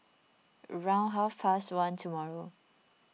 round about half past one tomorrow